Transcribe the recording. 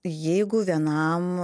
jeigu vienam